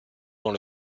dans